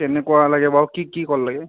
কেনেকুৱা লাগে বাৰু কি কি কল লাগে